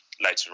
later